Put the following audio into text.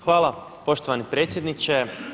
Hvala poštovani predsjedniče.